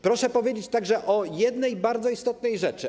Proszę powiedzieć także o jednej bardzo istotnej rzeczy.